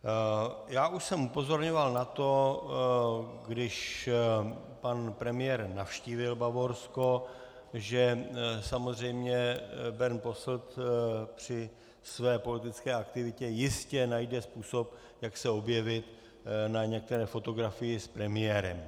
Já už jsem upozorňoval na to, když pan premiér navštívil Bavorsko, že samozřejmě Berndt Posselt při své politické aktivitě jistě najde způsob, jak se objevit na některé fotografii s premiérem.